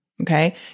Okay